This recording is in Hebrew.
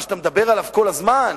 מה שאתה מדבר עליו כל הזמן,